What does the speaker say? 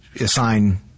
assign